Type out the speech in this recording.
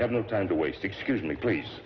have no time to waste excuse me please